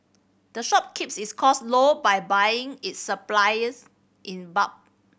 the shop keeps its cost low by buying its supplies in bulk